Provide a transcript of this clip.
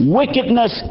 wickedness